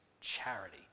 charity